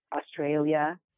Australia